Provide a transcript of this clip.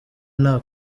nta